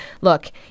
look